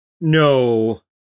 No